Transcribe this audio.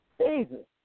Jesus